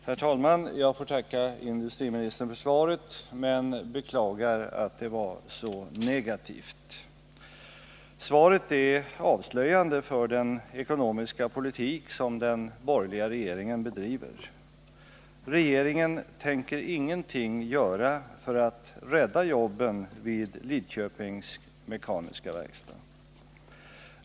Herr talman! Jag får tacka industriministern för svaret men beklagar att det var så negativt. Svaret är avslöjande för den ekonomiska politik som den borgerliga regeringen bedriver. Regeringen tänker ingenting göra för att rädda jobben vid Lidköpings Mekaniska Verkstad.